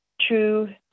true